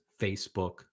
Facebook